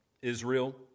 Israel